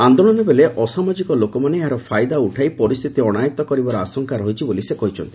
ଆନ୍ଦୋଳନ ବେଳେ ଅସାମାଜିକ ଲୋକମାନେ ଏହାର ଫାଇଦା ଉଠାଇ ପରିସ୍ଥିତି ଅଣାୟତ୍ତ କରିବାର ଆଶଙ୍କା ରହିଛି ବୋଲି ସେ କହିଛନ୍ତି